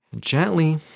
Gently